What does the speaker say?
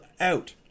out